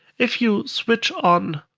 if you switch on